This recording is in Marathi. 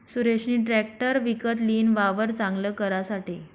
सुरेशनी ट्रेकटर विकत लीन, वावर चांगल करासाठे